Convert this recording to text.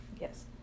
Yes